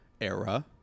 era